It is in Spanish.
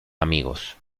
amigos